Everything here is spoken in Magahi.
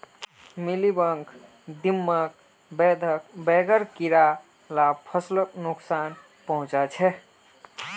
मिलिबग, दीमक, बेधक वगैरह कीड़ा ला फस्लोक नुक्सान पहुंचाः